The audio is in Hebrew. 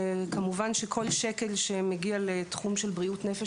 כמובן שכל שקל שמגיע לתחום של בריאות נפש